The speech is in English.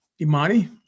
Imani